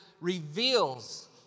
reveals